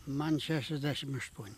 man šešiasdešimt aštuoni